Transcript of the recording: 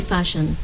Fashion